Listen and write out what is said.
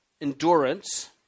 endurance